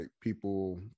people